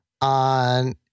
On